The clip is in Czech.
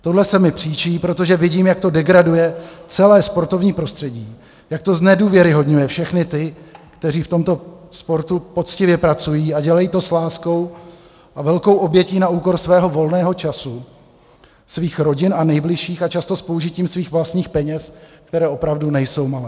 Tohle se mi příčí, protože vidím, jak to degraduje celé sportovní prostředí, jak to znedůvěryhodňuje všechny ty, kteří v tomto sportu poctivě pracují a dělají to s láskou a velkou obětí na úkor svého volného času, svých rodin a nejbližších a často s použitím svých vlastních peněz, které opravdu nejsou malé.